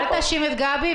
אל תאשים את גבי,